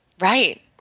right